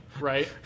Right